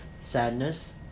sadness